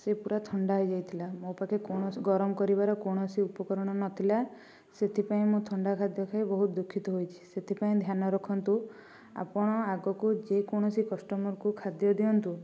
ସେ ପୁରା ଥଣ୍ଡା ହୋଇ ଯାଇଥିଲା ମୋ ପାଖରେ କୌଣସି ଗରମ କରିବାର କୌଣସି ଉପକରଣ ନଥିଲା ସେଥିପାଇଁ ମୁଁ ଥଣ୍ଡା ଖାଦ୍ୟ ଖାଇ ବହୁତ ଦୁଖିତ ହେଇଛି ସେଥିପାଇଁ ଧ୍ୟାନ ରଖନ୍ତୁ ଆପଣ ଆଗକୁ ଯେକୌଣସି କଷ୍ଟମରକୁ ଖାଦ୍ୟ ଦିଅନ୍ତୁ